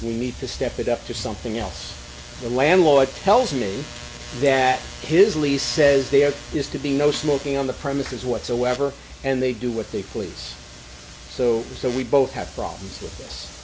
we need to step it up to something else the landlord tells me that his lease says there is to be no smoking on the premises whatsoever and they do what they please so so we both have problems with